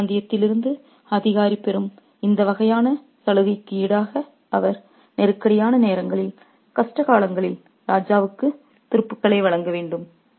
அந்த பிராந்தியத்தில் இருந்து அதிகாரி பெறும் இந்த வகையான சலுகைக்கு ஈடாக அவர் நெருக்கடியான நேரங்களில் கஷ்ட காலங்களில் ராஜாவுக்கு துருப்புக்களை வழங்க வேண்டும்